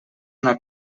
una